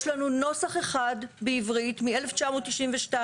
יש לנו נוסח אחד בעברית מ-1992.